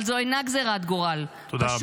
אבל זו אינה גזרת גורל -- תודה רבה.